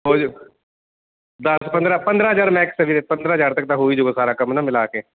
ਹੋ ਜੂ ਦਸ ਪੰਦਰਾਂ ਪੰਦਰਾਂ ਹਜ਼ਾਰ ਮੈਕਸ ਆ ਵੀਰੇ ਪੰਦਰਾਂ ਹਜ਼ਾਰ ਤੱਕ ਤਾਂ ਹੋਈ ਜੂਗਾ ਸਾਰਾ ਕੰਮ ਨਾ ਮਿਲਾ ਕੇ